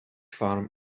farm